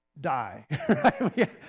die